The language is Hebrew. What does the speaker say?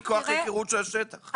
מכוח היכרות עם השטח של לא מעט שנים.